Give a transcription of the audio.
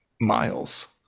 miles